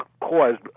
caused